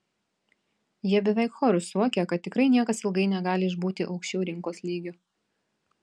jie beveik choru suokia kad tikrai niekas ilgai negali išbūti aukščiau rinkos lygio